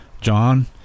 John